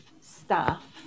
staff